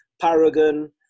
Paragon